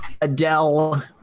Adele